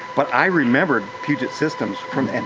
but i remembered puget systems from, and